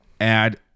add